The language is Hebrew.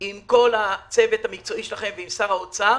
עם כל הצוות המקצועי שלכם ועם שר האוצר.